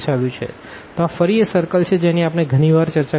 તો આ ફરી એ સર્કલ છે જેની આપણે ગણી વાર ચર્ચા કરી છે